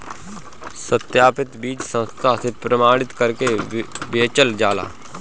सत्यापित बीज संस्था से प्रमाणित करके बेचल जाला